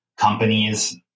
companies